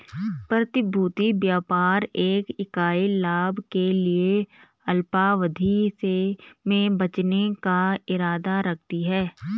प्रतिभूति व्यापार एक इकाई लाभ के लिए अल्पावधि में बेचने का इरादा रखती है